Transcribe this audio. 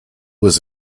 was